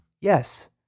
Yes